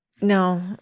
No